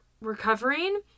recovering